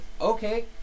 Okay